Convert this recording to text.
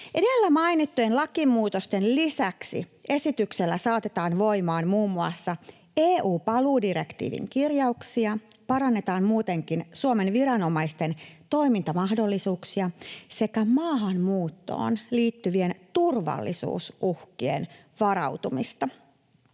Edellä mainittujen lakimuutosten lisäksi esityksellä saatetaan voimaan muun muassa EU:n paluudirektiivin kirjauksia ja parannetaan muutenkin Suomen viranomaisten toimintamahdollisuuksia sekä maahanmuuttoon liittyviin turvallisuusuhkiin varautumista.